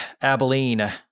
Abilene